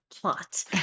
plot